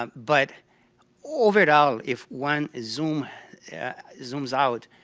um but overall if one zooms zooms out,